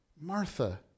Martha